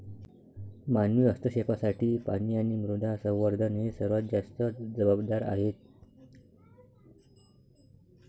मानवी हस्तक्षेपासाठी पाणी आणि मृदा संवर्धन हे सर्वात जास्त जबाबदार आहेत